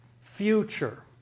future